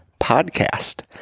podcast